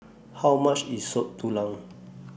How much IS Soup Tulang